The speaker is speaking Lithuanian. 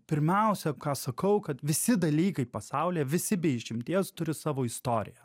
pirmiausia ką sakau kad visi dalykai pasaulyje visi be išimties turi savo istoriją